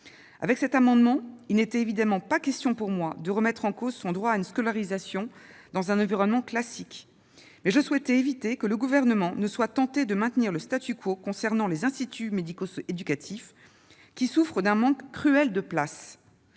Avec cet amendement, il n'était évidemment pas question, pour moi, de mettre en cause le droit à une scolarisation dans un environnement classique, mais plutôt d'éviter que le Gouvernement ne soit tenté de maintenir le statu quo concernant les instituts médico-éducatifs, ou IME, qui souffrent d'un manque cruel de places.